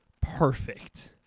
perfect